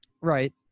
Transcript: Right